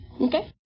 Okay